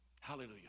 Hallelujah